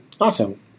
Awesome